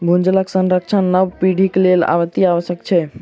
भूजलक संरक्षण नव पीढ़ीक लेल अतिआवश्यक छै